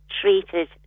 treated